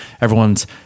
Everyone's